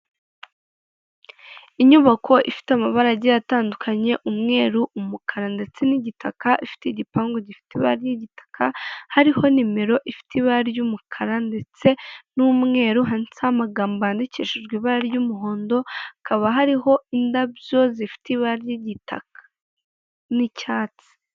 Inyubako ifite amabara agiye atandukanye umweru, umukara ndetse n'igitaka ifite igipangu gifite ibara ry'igitaka, hariho nimero ifite ibara ry'umukara ndetse n'umweru handitseho amagambo yandikishijwe ibara ry'umuhondo, hakaba hariho indabyo zifite ibara ry'igitaka n'icyatsi.